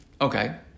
Okay